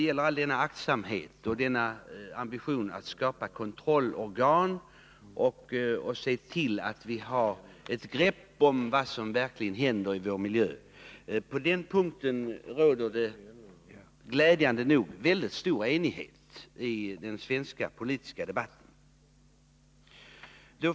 I fråga om all denna aktsamhet och all denna ambition att skapa kontrollorgan för att se till, att vi har ett grepp om vad som verkligen händer i vår miljö, råder det glädjande nog väldigt stor enighet i den svenska politiska debatten.